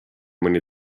mõni